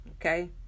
Okay